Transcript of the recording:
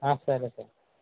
సరే సార్